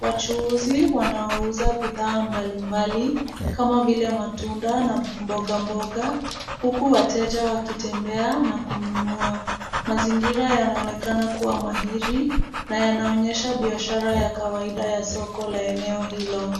Wachuuzi wanaouza bidhaa mbalimbali kama vile matunda na mboga mboga, huku wateja wakitembea na kununua. Mazingira yanaonekana kuwa mahiri na yanaonyesha biashara ya kawaida ya soko la eneo hilo.